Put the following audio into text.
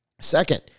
Second